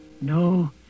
No